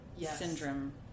Syndrome